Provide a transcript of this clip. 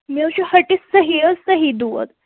مےٚ حظ چھُ ہیٚٹِس سہی حظ سہی دود